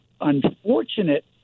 unfortunate